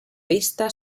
vista